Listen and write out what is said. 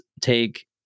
take